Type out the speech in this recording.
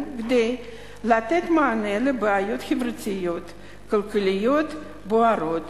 כדי לתת מענה לבעיות חברתיות-כלכליות בוערות.